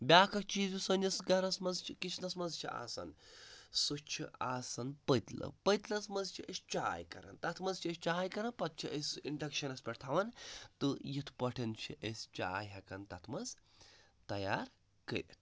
بیٛاکھ اَکھ چیٖز یُس سٲنِس گَرَس منٛز چھِ کِچنَس منٛز چھِ آسَن سُہ چھِ آسَان پٔتلہٕ پٔتلَس منٛز چھِ أسۍ چاے کَران تَتھ منٛز چھِ أسۍ چاے کَران پَتہٕ چھِ أسۍ اِنڈَکشَنَس پٮ۪ٹھ تھاوَان تہٕ یِتھ پٲٹھۍ چھِ أسۍ چاے ہٮ۪کَان تَتھ منٛز تیار کٔرِتھ